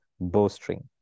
bowstring